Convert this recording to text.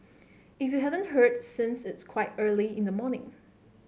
if you haven't heard since it's quite early in the morning